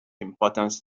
importance